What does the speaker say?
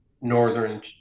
Northern